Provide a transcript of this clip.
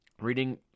reading